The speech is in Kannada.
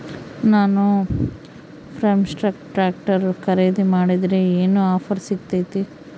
ನಾನು ಫರ್ಮ್ಟ್ರಾಕ್ ಟ್ರಾಕ್ಟರ್ ಖರೇದಿ ಮಾಡಿದ್ರೆ ಏನು ಆಫರ್ ಸಿಗ್ತೈತಿ?